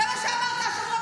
תודה רבה.